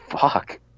Fuck